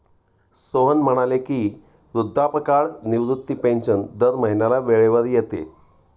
सोहन म्हणाले की, वृद्धापकाळ निवृत्ती पेन्शन दर महिन्याला वेळेवर येते